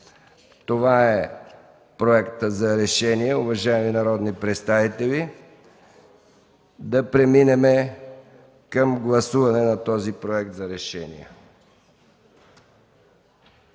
Това е проектът за решение, уважаеми народни представители. Да преминем към гласуване на този проект за решение.